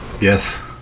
Yes